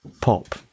pop